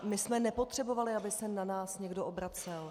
My jsme nepotřebovali, aby se na nás někdo obracel.